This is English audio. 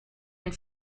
and